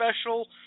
special